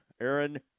Aaron